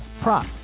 prop